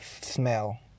smell